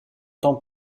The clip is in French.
temps